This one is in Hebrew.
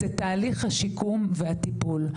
זה תהליך השיקום והטיפול.